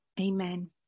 Amen